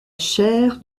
chaire